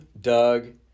Doug